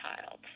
child